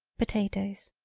potatoes.